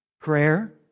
Prayer